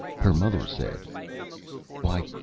her mother said why,